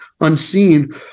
unseen